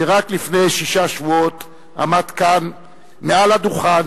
שרק לפני שישה שבועות עמד כאן, מעל הדוכן,